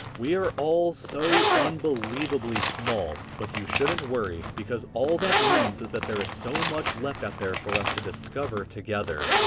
we are all so unbelievably small, but you shouldn't worry, because all that means is that there is so much left out there for us to discover together.